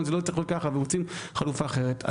זה לא צריך להיות ככה ורוצים חלופה אחרת,